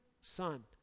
son